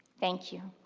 thank you.